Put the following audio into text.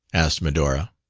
asked medora.